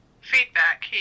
feedback